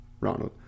Ronald